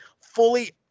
fully